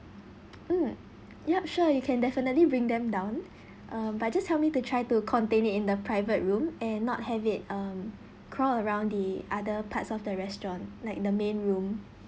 mm yup sure you can definitely bring them down um but just help me to try to contain it in the private room and not have it um crawl around the other parts of the restaurant like the main room